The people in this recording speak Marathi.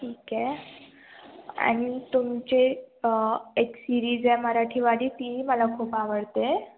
ठीक आहे आणि तुमचे एक सिरीज आहे मराठीवाली तीही मला खूप आवडते